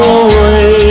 away